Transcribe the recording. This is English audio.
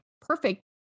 perfect